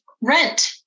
rent